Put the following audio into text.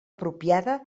apropiada